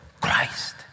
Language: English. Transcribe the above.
Christ